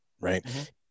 right